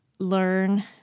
Learn